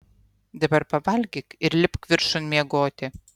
dabar pavalgyk ir lipk viršun miegoti